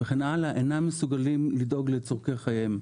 וכן הלאה אינם מסוגלים לדאוג לצרכי חייהם.